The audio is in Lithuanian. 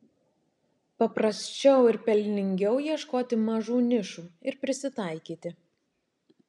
paprasčiau ir pelningiau ieškoti mažų nišų ir prisitaikyti